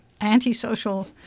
anti-social